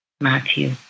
Matthew